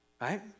right